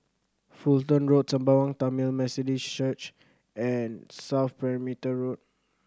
Fulton Road Sembawang Tamil Methodist Church and South Perimeter Road